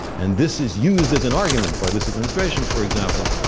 and this is used as an argument by this administration, for example,